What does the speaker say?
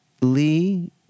Lee